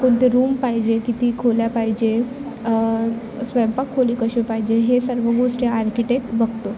कोणते रूम पाहिजे किती खोल्या पाहिजे स्वयंपाक खोली कसे पाहिजे हे सर्व गोष्टी आर्किटेक्ट बघतो